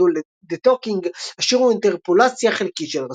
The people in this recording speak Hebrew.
Do the Talking"; השיר הוא אינטרפולציה חלקית של "Rasputin".